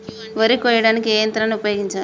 వరి కొయ్యడానికి ఏ యంత్రాన్ని ఉపయోగించాలే?